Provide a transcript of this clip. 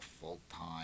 full-time